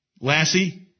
Lassie